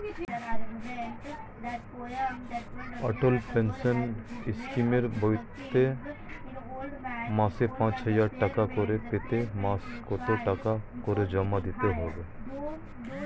অটল pension স্কিমের বইতে মাসে পাঁচ হাজার টাকা করে পেতে মাসে কত টাকা করে জমা দিতে হবে?